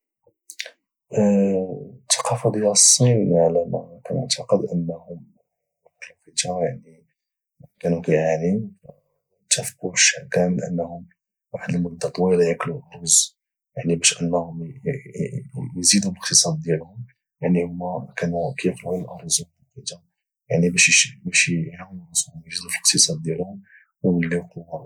الثقافه ديال الصين على ما كانعتقد انه واحد الوقيته يعني كانوا كيعانيوا الشعب كامل واحد المده طويله انهم ياكلوا الارز باش انه يزيد باقتصاد ديالهم يعني هما كان وياك ياكلوا الارز واحد الوقيته غير العروس باش يعاون راسهم ويزيدوا في الاقتصاد ديالهم ويوليو قوه عظمى